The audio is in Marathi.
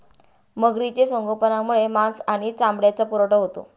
मगरीचे संगोपनामुळे मांस आणि चामड्याचा पुरवठा होतो